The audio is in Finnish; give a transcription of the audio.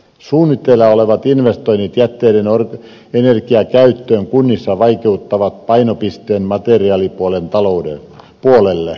suunnitteilla olevat investoinnit jätteiden energiakäyttöön kunnissa vaikeutuvat painopisteen ollessa materiaalitalouden puolella